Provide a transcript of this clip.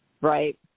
Right